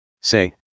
Say